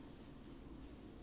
I think you can try like